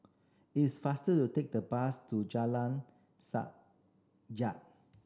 it is faster to take the bus to Jalan Sajak